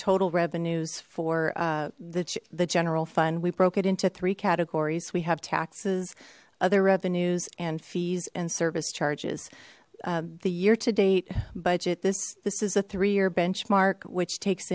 total revenues for the general fund we broke it into three categories we have taxes other revenues and fees and service charges the year to date budget this this is a three year benchmark which takes